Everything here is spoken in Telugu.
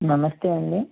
నమస్తే అండి